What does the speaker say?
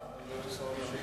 מי השר המשיב?